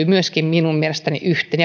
myöskin minun mielestäni yhteen